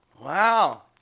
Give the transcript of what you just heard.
Wow